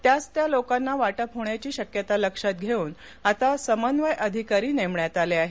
त्याच त्या लोकांना वाटप होण्याची शक्यता लक्षात घेऊन आता समन्वय अधिकारी नेमण्यात आले आहेत